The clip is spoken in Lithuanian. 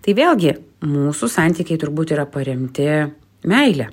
tai vėlgi mūsų santykiai turbūt yra paremti meile